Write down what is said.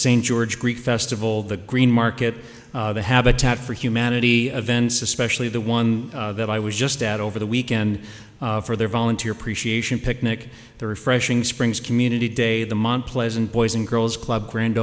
st george greek festival the greenmarket the habitat for humanity events especially the one that i was just at over the weekend for their volunteer appreciation picnic the refreshing springs community day the month pleasant boys and girls club grand